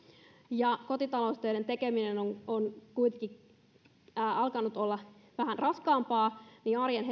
ja koska kotitaloustöiden tekeminen on on kuitenkin alkanut olla vähän raskaampaa niin arjen